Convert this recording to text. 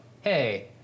hey